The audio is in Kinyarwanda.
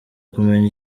kumenya